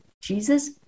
Jesus